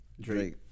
Drake